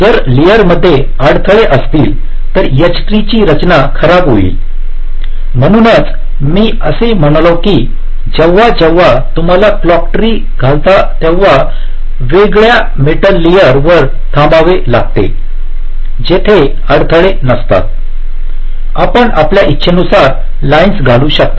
आता जर लेअर मध्ये अडथळे असतील तर H ट्रीची रचना खराब होईल म्हणूनच मी असे म्हणालो की जेव्हा जेव्हा तुम्ही क्लॉक ट्री घालता तेव्हा वेगळ्या मेटल लेयर वर थांबावे लागते जेथे अडथळे नसतात आपण आपल्या इच्छेनुसार लाइन्स घालू शकता